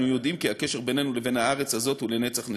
אנו יודעים כי הקשר בינינו לביו הארץ הזאת הוא לנצח נצחים.